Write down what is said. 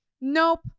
nope